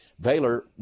Baylor